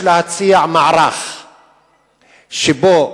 יש להציע מערך שבו